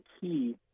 key